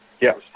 Yes